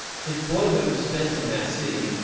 his boyhood was spent in that city,